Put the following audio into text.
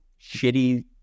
shitty